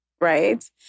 right